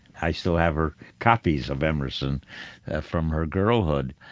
i still have her copies of emerson from her girlhood.